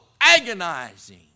agonizing